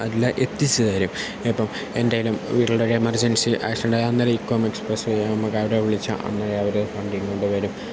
അല്ല എത്തിച്ച് തരും ഇനിയിപ്പം എന്തെങ്കിലും വീട്ടിലൊരു എമർജൻസി ആക്സിഡൻഡായാൽ അന്നേരം ഇകൊമേസ് എക്സ്പ്രസ്സ് വഴി അവിടെ വിളിച്ചാൽ അന്നേരമവർ വണ്ടിയും കൊണ്ടുവരും